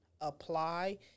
apply